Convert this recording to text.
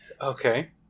Okay